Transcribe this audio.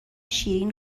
شیرین